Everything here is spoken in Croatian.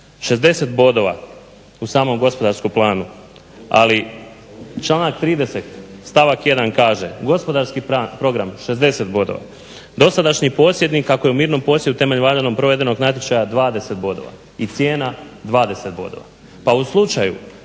60 bodova u samom gospodarskom planu. Ali članak 30. stavak 1. kaže: "Gospodarski program 60 bodova". Dosadašnji posjednik ako je u mirnom posjedu temeljem valjano provedenog natječaja 20 bodova i cijena 20 bodova. Pa u slučaju